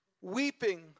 weeping